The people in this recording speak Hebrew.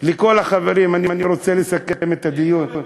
לכל החברים, אני רוצה לסכם את הדיון.